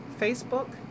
Facebook